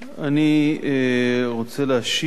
אני רוצה להשיב